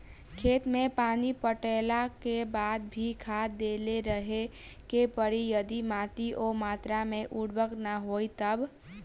खेत मे पानी पटैला के बाद भी खाद देते रहे के पड़ी यदि माटी ओ मात्रा मे उर्वरक ना होई तब?